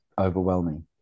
overwhelming